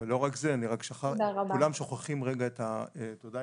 לא, לא, בכל אופן, אין הבדל